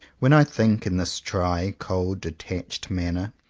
when i think in this dry, cold, detached manner,